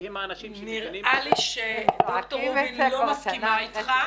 נראה לי שדוקטור רובין לא מסכימה אתך.